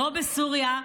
לא בסוריה,